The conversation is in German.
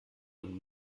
und